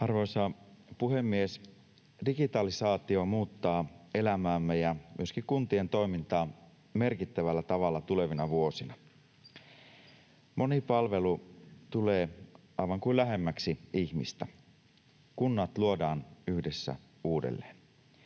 Arvoisa puhemies! Digitalisaatio muuttaa elämäämme ja myöskin kuntien toimintaa merkittävällä tavalla tulevina vuosina. Moni palvelu tulee aivan kuin lähemmäksi ihmistä. Kunnat luodaan yhdessä uudelleen.